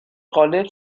قالب